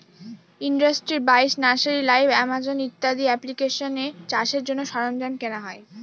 industry বাইশ, nursery live, Amazon ইত্যাদি এপ্লিকেশানে চাষের জন্য সরঞ্জাম কেনা হয়